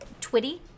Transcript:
Twitty